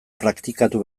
praktikatu